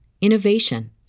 innovation